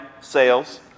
sales